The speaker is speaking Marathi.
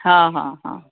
हा हा हां